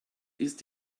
ist